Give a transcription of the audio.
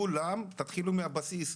כולם תתחילו מן הבסיס.